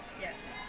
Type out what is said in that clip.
Yes